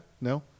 No